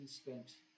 spent